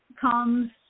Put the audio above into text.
comes